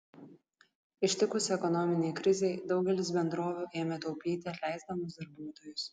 ištikus ekonominei krizei daugelis bendrovių ėmė taupyti atleisdamos darbuotojus